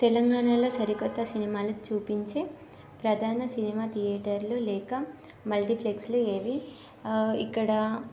తెలంగాణలో సరికొత్త సినిమాలు చూపించే ప్రధాన సినిమా థియేటర్లు లేక మల్టీప్లెక్స్లు ఏవి ఆ ఇక్కడ